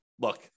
look